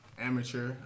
amateur